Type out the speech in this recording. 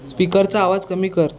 स्पीकरचा आवाज कमी कर